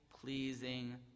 pleasing